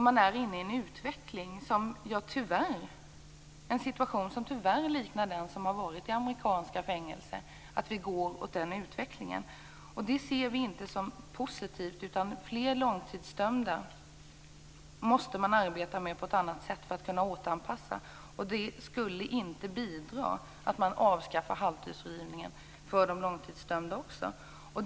Man är inne i en situation som liknar den som har funnits i amerikanska fängelser. Utvecklingen går åt det hållet. Det ser vi inte som positivt. Man måste arbeta med de långtidsdömda på ett annat sätt för att de skall kunna återanpassas. Att avskaffa halvtidsfrigivningen också för de långtidsdömda skulle inte bidra.